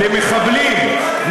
למחבלים.